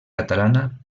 catalana